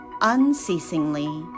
unceasingly